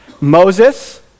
Moses